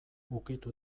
ukitu